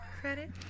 credit